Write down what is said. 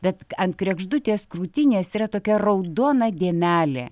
bet ant kregždutės krūtinės yra tokia raudona dėmelė